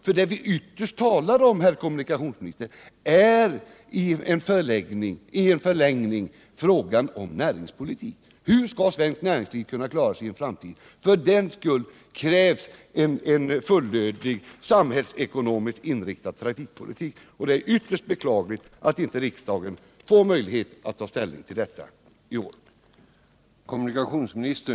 För det vi talar om, herr kommunikationsminister, är i förlängningen ytterst näringspolitik. Hur skall svenskt näringsliv kunna klara sig i en framtid? För det krävs en samhällsekonomiskt inriktad trafikpolitik. Det är ytterst beklagligt att inte riksdagen får möjlighet att ta ställning till denna fråga i år.